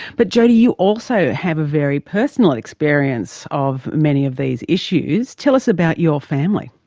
but jodee you also have a very personal experience of many of these issues. tell us about your family.